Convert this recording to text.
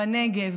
בנגב,